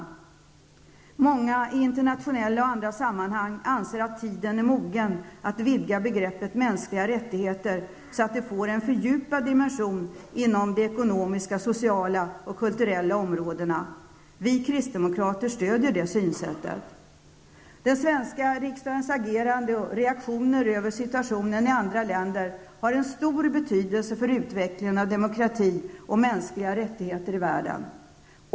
I t.ex. internationella sammanhang anser många att tiden nu är mogen för att vidga begreppet mänskliga rättigheter, så att det får en fördjupad dimension inom de ekonomiska, sociala och kulturella områdena. Vi kristdemokrater stödjer ett sådant synsätt. Den svenska riksdagens agerande och reaktioner med anledning av situationen i andra länder har stor betydelse för utvecklingen beträffande demokratin och de mänskliga rättigheterna i världen.